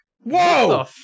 Whoa